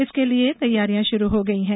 इसके लिए तैयारियां शुरू हो गई हैं